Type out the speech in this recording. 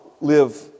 live